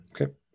Okay